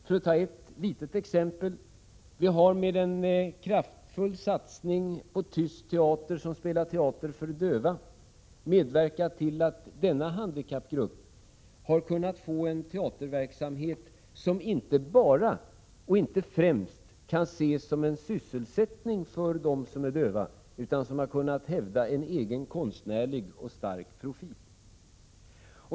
För att ta ett litet exempel kan jag nämna att vi med en kraftfull satsning på tyst teater, där men ger teaterföreställningar för döva, medverkat till att denna handikappgrupp har kunnat få en teaterverksamhet som inte bara och inte främst kan ses som en sysselsättning för dem som är döva utan som har kunnat hävda en egen konstnärlig och stark profil.